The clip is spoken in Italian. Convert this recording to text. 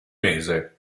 mese